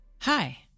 Hi